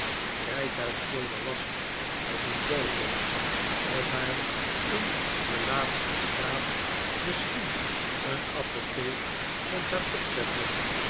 rijtuigschilder was als een vogel of hij in de naaste straat misschien een apotheek kon gaan opzetten